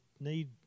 need